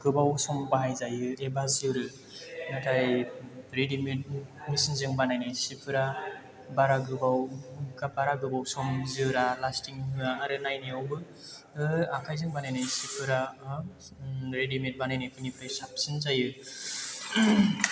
गोबावसम बाहायजायो एबा जोरो नाथाय रेडिमेद मेसिनजों बानायनाय सिफोरा बारा गोबाव बारा गोबाव सम जोरा लास्टिं होआ आरो नायनायावबो आखाइजों बानायनाय सिफोरा रेडिमेद बानायनाय सिनिफ्राय साबसिन जायो